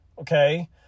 Okay